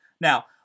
Now